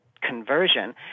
conversion